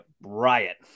riot